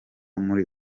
muri